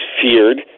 feared